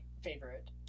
favorite